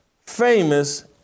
famous